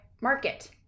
market